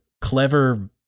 clever